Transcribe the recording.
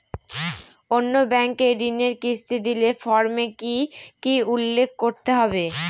অন্য ব্যাঙ্কে ঋণের কিস্তি দিলে ফর্মে কি কী উল্লেখ করতে হবে?